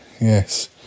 yes